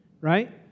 right